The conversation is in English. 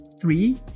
three